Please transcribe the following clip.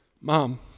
Mom